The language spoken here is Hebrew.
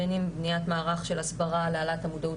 בין אם בניית מערך של הסברה להעלאת המודעות